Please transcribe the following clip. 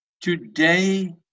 today